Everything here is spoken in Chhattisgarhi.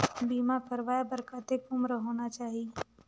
बीमा करवाय बार कतेक उम्र होना चाही?